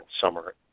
Summer